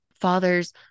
father's